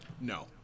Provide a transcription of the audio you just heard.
No